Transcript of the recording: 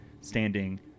standing